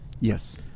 Yes